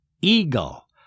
eagle